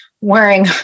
wearing